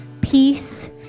peace